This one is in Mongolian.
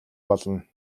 болно